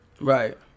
Right